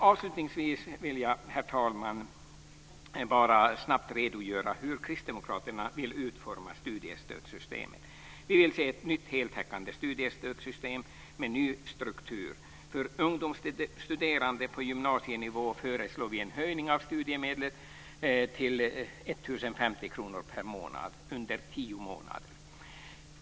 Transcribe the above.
Avslutningsvis vill jag, herr talman, bara snabbt redogöra hur kristdemokraterna vill utforma studiestödssystemet. Vi vill se ett nytt heltäckande studiestödssystem med en ny struktur. För studerande på gymnasienivå föreslår vi en höjning av studiemedlen till 1 050 kr per månad under tio månader.